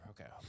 Okay